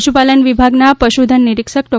પશુપાલન વિભાગના પશુધન નિરીક્ષક ડો